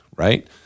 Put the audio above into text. Right